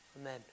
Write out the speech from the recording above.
amen